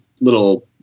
little